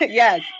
yes